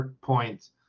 points